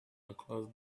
across